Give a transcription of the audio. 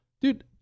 dude